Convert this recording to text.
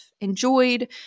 enjoyed